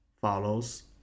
follows